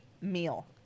meal